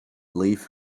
leave